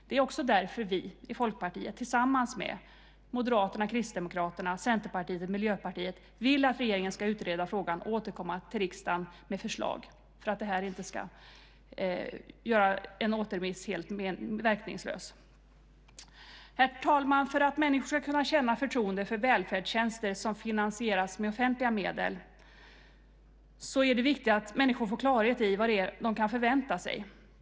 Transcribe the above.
Det är också därför vi i Folkpartiet tillsammans med Moderaterna, Kristdemokraterna, Centerpartiet och Miljöpartiet vill att regeringen ska utreda frågan och återkomma till riksdagen med förslag för att det inte ska vara så att en återremiss kan göras helt verkningslös. Herr talman! För att människor ska kunna känna förtroende för välfärdstjänster som finansieras med offentliga medel är det viktigt att människor får klarhet i vad de kan förvänta sig.